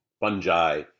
fungi